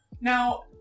now